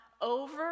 over